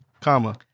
comma